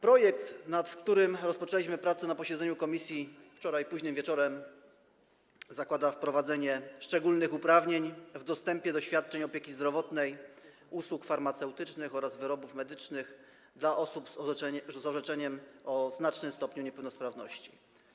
Projekt, nad którym rozpoczęliśmy prace na posiedzeniu komisji wczoraj późnym wieczorem, zakłada wprowadzenie szczególnych uprawnień w dostępie do świadczeń opieki zdrowotnej, usług farmaceutycznych oraz wyrobów medycznych dla osób z orzeczeniem o znacznym stopniu niepełnosprawności.